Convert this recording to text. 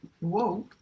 Whoa